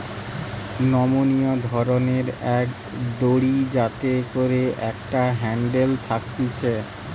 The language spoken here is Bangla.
নমনীয় ধরণের এক দড়ি যাতে করে একটা হ্যান্ডেল থাকতিছে